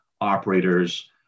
operators